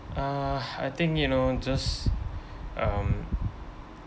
uh I think you know just um